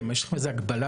יש לכם איזושהי הגבלה